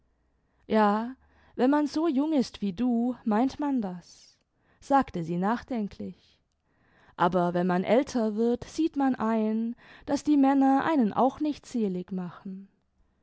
jsl wenn man so jung ist wie du meint man das sagte sie nachdenklich aber wenn man ältr wird sieht man ein daß die männer einen auch nicht selig machen